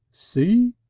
see?